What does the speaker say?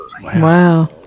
Wow